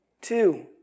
Two